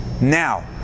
Now